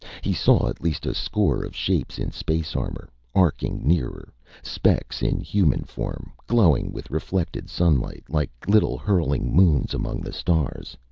he saw at least a score of shapes in space armor, arcing nearer specks in human form, glowing with reflected sunlight, like little hurtling moons among the stars.